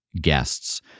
guests